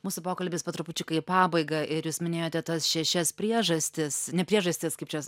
mūsų pokalbis po trupučiuką į pabaigą ir jūs minėjote tas šešias priežastis ne priežastis kaip čia